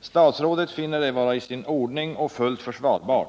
Statsrådet finner detta vara i sin ordning och fullt försvarbart.